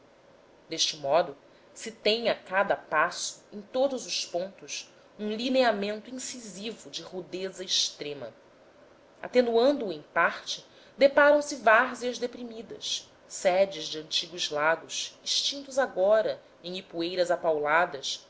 deste modo se tem a cada passo em todos os pontos um lineamento incisivo de rudeza extrema atenuando o em parte deparam se várzeas deprimidas sedes de antigos lagos extintos agora em ipueiras apauladas